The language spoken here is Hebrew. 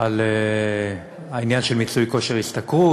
על העניין של מיצוי כושר השתכרות.